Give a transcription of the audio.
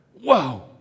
whoa